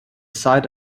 site